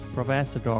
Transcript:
Professor